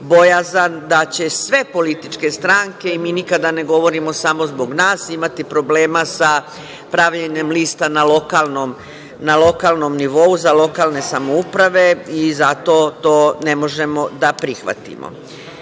bojazan da će sve političke stranke i mi nikada ne govorimo samo zbog nas, imati problema sa pravljenjem lista na lokalnom nivou za lokalne samouprave i zato to ne možemo da prihvatimo. Mi